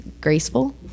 graceful